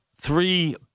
Three